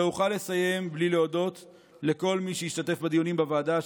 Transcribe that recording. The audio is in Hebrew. לא אוכל לסיים בלי להודות לכל מי שהשתתף בדיונים בוועדה,